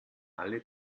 alle